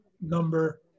number